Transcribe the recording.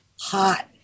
Hot